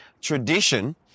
tradition